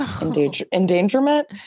endangerment